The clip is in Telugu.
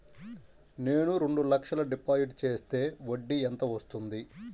నేను రెండు లక్షల డిపాజిట్ చేస్తే వడ్డీ ఎంత వస్తుంది?